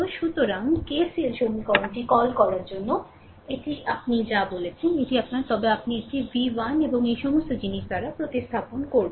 সুতরাং KCL সমীকরণটি call করার জন্য এটিই আপনি যা বলছেন এটিই আপনার তবে আপনি এটিv1 এবং এই সমস্ত জিনিস বাইপ্রতিস্থাপন করবেন